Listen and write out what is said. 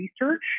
research